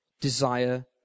desire